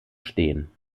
stehen